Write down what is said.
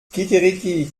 kikeriki